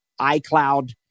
iCloud